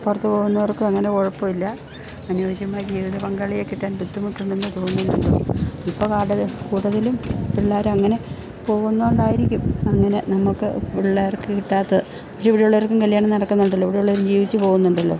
പുറത്ത് പോകുന്നവർക്കും അങ്ങനെ കുഴപ്പമില്ല അനിയോജ്യമായ ജീവിത പങ്കാളിയെ കിട്ടാൻ ബുദ്ധിമുട്ടുണ്ടെന്ന് തോന്നുന്നുണ്ട് ഇപ്പോൾ കാട് കൂടതലിലും പിള്ളാർ അങ്ങനെ പോകുന്നതു കൊണ്ടായിരിക്കും അങ്ങനെ നമ്മൾക്ക് പിള്ളേർക്ക് കിട്ടാത്ത പക്ഷേ ഇവിടെയുള്ളവർക്കും കല്യാണം നടക്കുന്നുണ്ടല്ലോ ഇവിടെ ഉള്ളവരും ജീവിച്ചു പോകുന്നുണ്ടല്ലോ